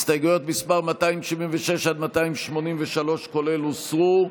הסתייגויות מס' 276 עד 283, כולל, הוסרו.